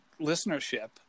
listenership